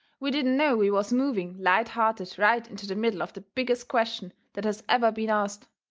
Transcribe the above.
we didn't know we was moving light-hearted right into the middle of the biggest question that has ever been ast.